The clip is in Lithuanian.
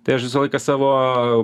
tai aš visą laiką savo